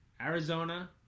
Arizona